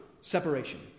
separation